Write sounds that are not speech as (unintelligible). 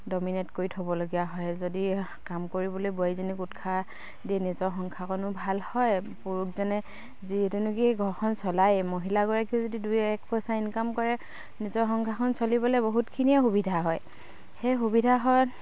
dominate কৰি থ'বলগীয়া হয় যদি কাম কৰিবলৈ বোৱাৰীজনীক উৎসাহ দিয়ে নিজৰ সংসাৰখনো ভাল হয় পুৰুষজনে (unintelligible) তেনেকে ঘৰখন চলায় মহিলাগৰাকীয়েও যদি দুই এক পইচা ইনকাম কৰে নিজৰ সংসাৰখন চলিবলে বহুতখিনিয়ে সুবিধা হয় সেই সুবিধা (unintelligible)